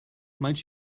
might